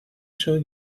shall